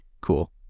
Cool